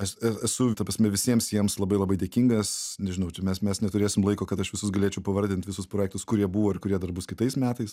aš esu ta prasme visiems jiems labai labai dėkingas nežinau čia mes mes neturėsim laiko kad aš visus galėčiau pavardint visus projektus kurie buvo ir kurie dar bus kitais metais